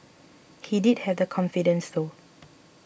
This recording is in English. he did have the confidence though